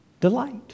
delight